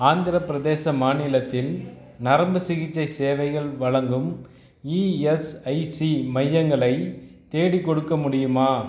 ஆந்திரப் பிரதேச மாநிலத்தில் நரம்புச் சிகிச்சை சேவைகள் வழங்கும் இஎஸ்ஐசி மையங்களை தேடிக்கொடுக்க முடியுமா